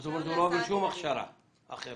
אם כן, לא צריך כל הכשרה אחרת.